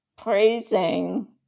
Praising